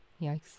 Yikes